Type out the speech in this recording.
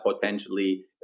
potentially